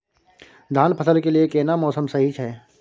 धान फसल के लिये केना मौसम सही छै?